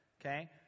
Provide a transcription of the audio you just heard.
okay